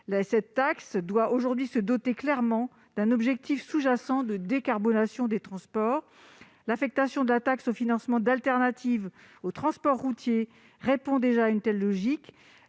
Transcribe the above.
Cette taxe doit aujourd'hui être clairement dotée d'un objectif sous-jacent de décarbonation des transports. Son affectation au financement de solutions alternatives au transport routier répond déjà à une telle logique.